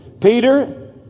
Peter